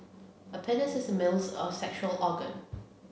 a penis is a male's a sexual organ